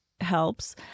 helps